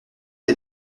est